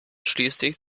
schließlich